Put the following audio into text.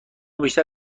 بیشتر